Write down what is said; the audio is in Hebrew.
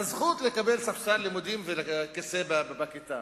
הזכות לקבל ספסל לימודים וכיסא בכיתה.